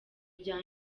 rya